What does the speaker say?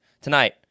tonight